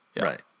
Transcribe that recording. right